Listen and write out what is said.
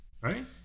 Right